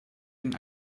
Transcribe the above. den